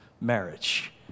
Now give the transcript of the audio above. marriage